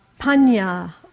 panya